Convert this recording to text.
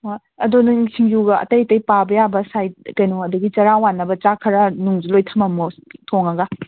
ꯑꯥ ꯑꯗꯣ ꯅꯪ ꯁꯤꯡꯖꯨꯒ ꯑꯇꯩ ꯑꯇꯩ ꯄꯥꯕ ꯌꯥꯕ ꯁꯥꯏꯗ ꯀꯩꯅꯣ ꯑꯗꯒꯤ ꯆꯔꯥ ꯋꯥꯟꯅꯕ ꯆꯥꯛ ꯈꯔ ꯅꯨꯡꯁꯨ ꯂꯣꯏ ꯊꯝꯃꯝꯃꯣ ꯊꯣꯡꯉꯒ